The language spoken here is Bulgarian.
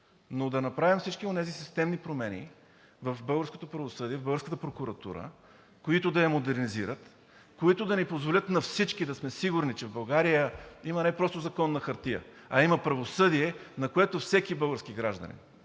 но да направим всички онези системни промени в българското правосъдие, българската прокуратура, които да я модернизират, които да позволят на всички да сме сигурни, че в България има не просто закон на хартия, а има правосъдие, на което всеки български гражданин,